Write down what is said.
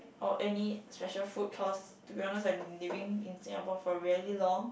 or any special food cause to be honest I'm living in Singapore for really long